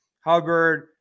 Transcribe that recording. Hubbard